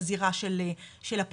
בזירה של הפרקליטות.